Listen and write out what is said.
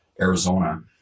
Arizona